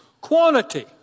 quantity